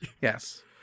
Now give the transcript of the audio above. yes